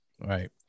Right